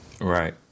Right